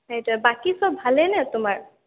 সেইটোৱেই বাকী চব ভালেইনে তোমাৰ